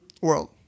world